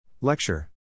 Lecture